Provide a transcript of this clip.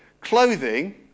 Clothing